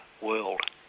world